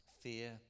fear